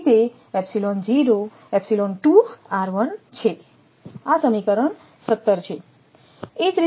તેથીતે છે આ સમીકરણ 17 છે